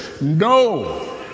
No